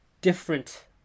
different